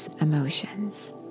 emotions